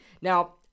Now